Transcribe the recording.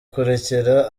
kurekera